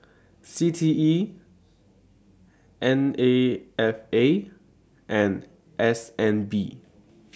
C T E N A F A and S N B